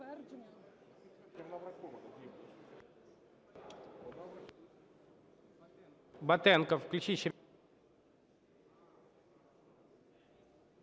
Дякую.